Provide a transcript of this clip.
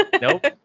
Nope